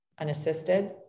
unassisted